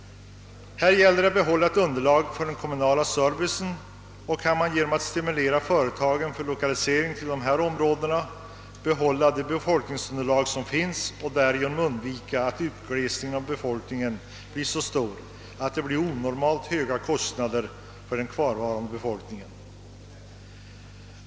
Här gäller det att behålla ett tillräckligt underlag för den kommunala servicen. Man kan genom att stimulera företagen till lokalisering i dessa områden behålla det befolkningsunderlag som finns och därigenom undvika att utglesningen av befolkningen blir så stor, att det blir onormalt höga kostnader för den kvarvarande befolkningen.